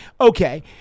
Okay